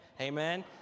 Amen